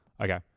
Okay